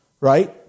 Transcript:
right